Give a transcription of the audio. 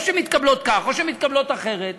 או שמתקבלות כך או שמתקבלות אחרת.